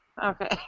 Okay